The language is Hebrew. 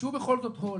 תבקשו בכל זאת hold,